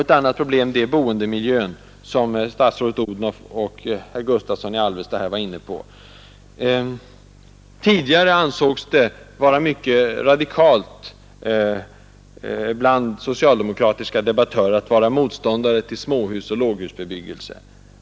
Ett annat problem är boendemiljön, som statsrådet Odhnoff och herr Gustavsson i Alvesta var inne på. Tidigare ansågs det bland socialdemokratiska debattörer som mycket radikalt att vara motståndare till småhusoch låghusbebyggelse.